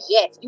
Yes